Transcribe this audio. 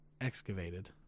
excavated